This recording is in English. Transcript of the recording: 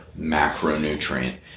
macronutrient